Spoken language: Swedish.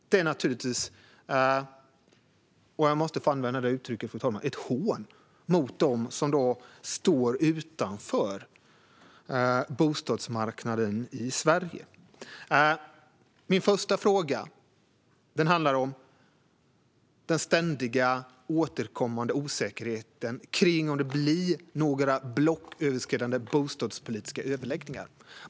Detta är naturligtvis - och jag måste få använda detta uttryck, fru talman - ett hån mot dem som står utanför bostadsmarknaden i Sverige. Min första fråga handlar om den ständigt återkommande osäkerheten om det blir några blocköverskridande bostadspolitiska överläggningar.